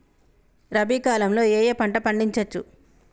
రబీ కాలంలో ఏ ఏ పంట పండించచ్చు?